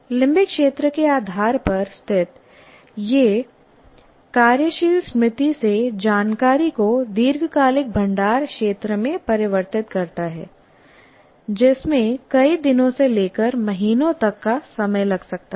limbic क्षेत्र के आधार पर स्थित यह कार्यशील स्मृति से जानकारी को दीर्घकालिक भंडारण क्षेत्र में परिवर्तित करता है जिसमें कई दिनों से लेकर महीनों तक का समय लग सकता है